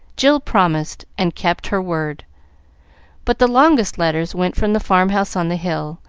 jill promised, and kept her word but the longest letters went from the farm-house on the hill,